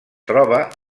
troba